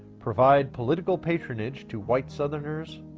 provide political patronage to white southerners,